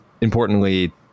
importantly